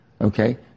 Okay